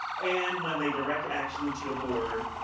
and when they direct action to the board,